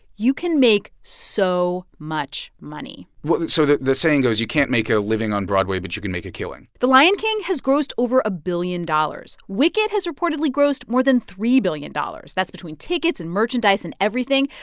you can make so much money so the the saying goes, you can't make a living on broadway, but you can make a killing the lion king has grossed over a billion dollars. wicked has reportedly grossed more than three billion dollars. that's between tickets and merchandise and everything.